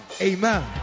Amen